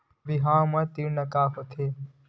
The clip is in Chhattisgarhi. बिहाव म ऋण का होथे?